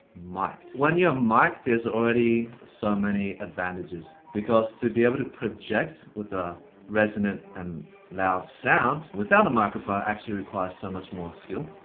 mic'd. when you're mic'd, there's already so many advantages. because to be able to project with a resonant and loud sound without a microphone actually requires so much more skill.